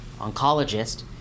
oncologist